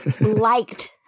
liked